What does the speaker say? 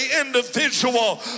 individual